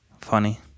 Funny